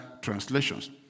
translations